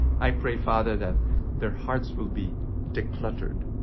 i pray, father, that their hearts will be de-cluttered.